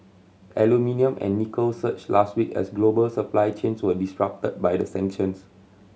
aluminium and nickel surged last week as global supply chains were disrupted by the sanctions